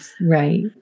Right